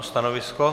Stanovisko?